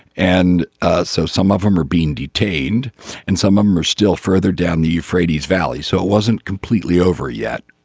and ah so some of them are being detained and some um are still further down the euphrates valley. so it wasn't completely over yet.